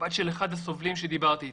הבת של אחד הסובלים שדיברתי איתם,